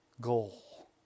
goal